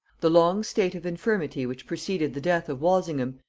the long state of infirmity which preceded the death of walsingham,